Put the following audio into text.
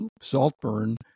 Saltburn